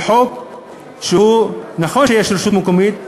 זה חוק שהוא, נכון שיש רשות מקומית,